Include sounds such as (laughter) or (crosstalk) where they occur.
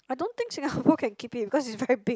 I don't think Singapore (laughs) can keep it because it's very big